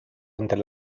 entre